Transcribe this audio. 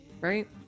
Right